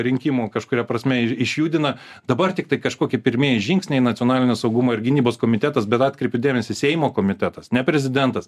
rinkimų kažkuria prasme ir išjudina dabar tiktai kažkokie pirmieji žingsniai nacionalinio saugumo ir gynybos komitetas bet atkreipiu dėmesį seimo komitetas ne prezidentas